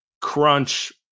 crunch